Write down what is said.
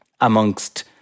amongst